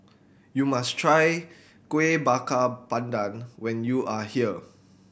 you must try Kueh Bakar Pandan when you are here